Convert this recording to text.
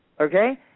Okay